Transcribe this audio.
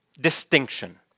distinction